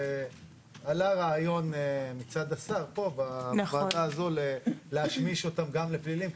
עלה רעיון מצד השר פה בוועדה הזו להשמיש אותם גם לפליליים,